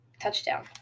touchdown